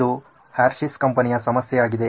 ಇದು ಹರ್ಷೀಸ್ ಕಂಪನಿಯ ಸಮಸ್ಯೆ ಆಗಿದೆ